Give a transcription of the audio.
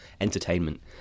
entertainment